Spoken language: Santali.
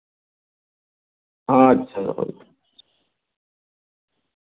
ᱟᱪᱪᱷᱟ